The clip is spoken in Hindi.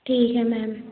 ठीक है मैम